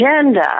agenda